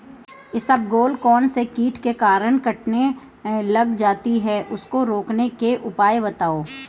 इसबगोल कौनसे कीट के कारण कटने लग जाती है उसको रोकने के उपाय बताओ?